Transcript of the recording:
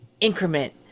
increment